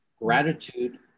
Gratitude